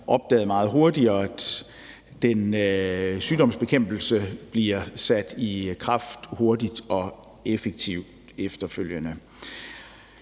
opdaget meget hurtigt, og at sygdomsbekæmpelsen bliver sat i kraft hurtigt og effektivt efterfølgende.